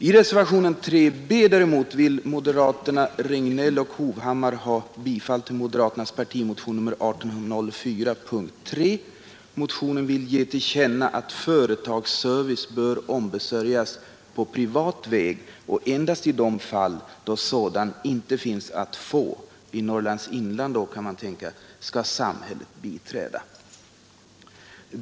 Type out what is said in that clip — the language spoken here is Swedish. I reservationen 3 b däremot vill moderaterna Regnéll och Hovhammar ha bifall till moderaternas partimotion nr 1804, punkt 3. I motionen begärs att riksdagen skall ge Kungl. Maj:t till känna att företagsservice bör ombesörjas på privat väg. Endast i de fall då sådan inte finns att få — i Norrlands inland då, kan man tänka — skall samhället biträda.